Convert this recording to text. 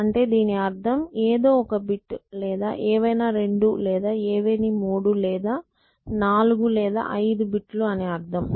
అంటే దీని అర్థం ఏదో ఒక బిట్ లేదా ఏవైనా రెండు లేదు ఏవేని మూడు లేదా నాలుగు లేదా ఐదు బిట్ లు అని అర్థం